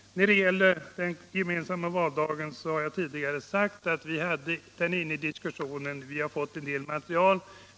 När det gäller den gemensamma valdagen har jag tidigare sagt att vi hade frågan med i diskussionen. Vi hade fått en del material.